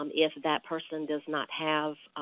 um if that person does not have